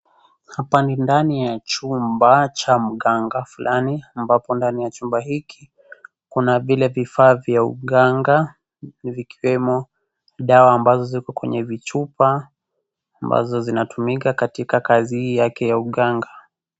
Hapa ni ndani ya chumba cha mganga fulani ambapo ndani ya chumba hiki kuna vile vifaa vya uganga vikiwemo dawa ambazo ziko kwenye vichupa ambazo zinatumika kwenye kazi hii yake ya uganga.